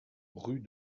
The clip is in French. rue